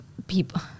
People